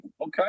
okay